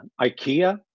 IKEA